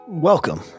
Welcome